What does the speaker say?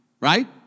right